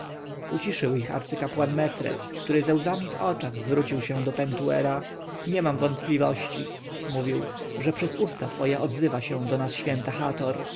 uciszył ich arcykapłan mefres który ze łzami w oczach wrócił się do pentuera nie mam wątpliwości mówił że przez usta twoje odzywa się do nas święta hator